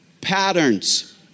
patterns